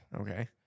Okay